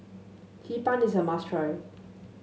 Hee Pan is a must try